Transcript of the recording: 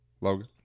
Logan